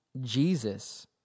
Jesus